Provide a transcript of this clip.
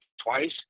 twice